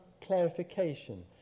clarification